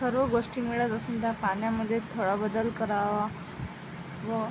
सर्व गोष्टी मिळत सुद्धा पाण्यामध्ये थोडा बदल करावा व